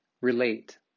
relate